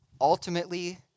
Ultimately